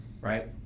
right